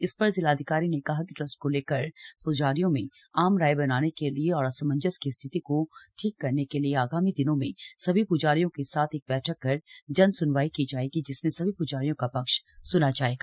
इस पर जिलाधिकारी ने कहा कि ट्रस्ट को लेकर प्जारियों में आम राय बनाने के लिए और असमंजस की स्थिती को ठीक करने के लिए आगामी दिनों में सभी पुजारियों के साथ एक बैठक कर जनसुनवाई की जाएगी जिसमे सभी पुजारियों का पक्ष सुना जाएगा